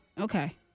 Okay